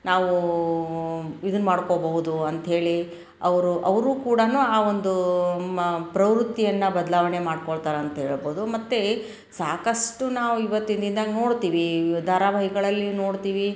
ನಾವು ಇದನ್ನು ಮಾಡ್ಕೋಬಹುದು ಅಂತೇಳಿ ಅವರು ಅವರೂ ಕೂಡ ಆ ಒಂದು ಮ ಪ್ರವೃತ್ತಿಯನ್ನು ಬದಲಾವಣೆ ಮಾಡ್ಕೊಳ್ತಾರಂತ ಹೇಳ್ಬೋದು ಮತ್ತು ಸಾಕಷ್ಟು ನಾವು ಇವತ್ತಿನ ದಿನ್ದಾಗ ನೋಡ್ತೀವಿ ಧಾರಾವಾಹಿಗಳಲ್ಲಿ ನೋಡ್ತೀವಿ